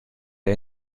der